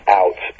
out